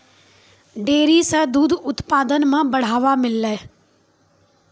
dairy सें दूध उत्पादन म बढ़ावा मिललय